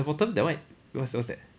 bottom that one what's that what's that